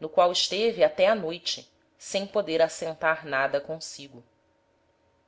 no qual esteve até a noite sem poder assentar nada consigo